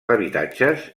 habitatges